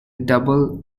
double